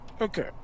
Okay